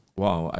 wow